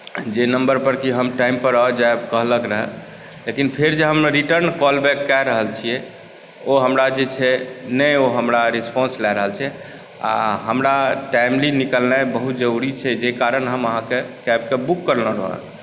जे नम्बर पर कि हम टाइम पर आबि जाएब कहलक रहऽ लेकिन फेर जे हम रिटर्न कॉलबैक कए रहल छियै ओ हमरा जे छै नहि ओ हमरा रिस्पांस लए रहल छै आ हमरा टाइमली निकलनाइ बहुत जरुरी छै जाहि कारण हम अहाँके कैबके बुक करने रहौं